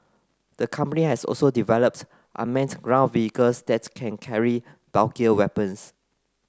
the company has also developed unmanned ground vehicles that can carry bulkier weapons